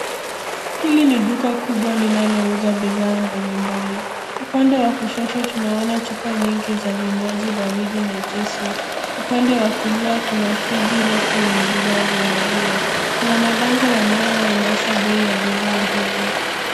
Hili ni duka kubwa linalouza bidhaa mbalimbali. Upande wa kushoto tunaona chupa nyingi za vinywaji baridi na juisi. Upande wa kulia kuna friji refu za maziwa. Kuna mabango yanayoonyesha bei ya bidhaa hizi.